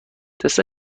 تست